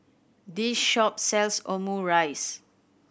this shop sells Omurice